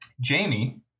Jamie